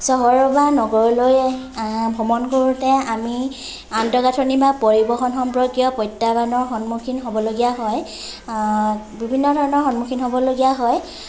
চহৰ বা নগৰলৈ আহি ভ্ৰমণ কৰোঁতে আমি আন্তঃগাঁথনি বা পৰিবহণ সম্পৰ্কীয় প্ৰত্যাহ্বানৰ সন্মুখীন হ'বলগীয়া হয় বিভিন্ন ধৰণৰ সন্মুখীন হ'বলগীয়া হয়